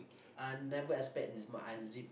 I never expect it might unzip